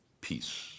peace